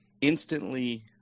instantly